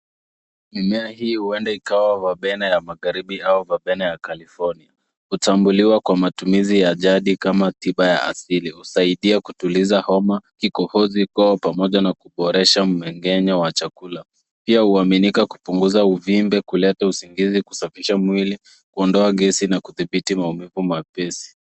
Mimea hii huenda ikawa Verbena ya magharibi au Verbena ya California. Hutambuliwa kwa matumizi ya jadi kama tiba ya asili. Husaidia kutuliza homa, kikohozi, koo pamoja na kuboresha mmengenyo wa chakula. Pia huaminika kupunguza uvimbe, kuleta usingizi, kusafisha mwili, kuondoa gesi na kudhibiti maumivu mepesi.